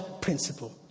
principle